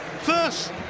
first